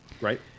right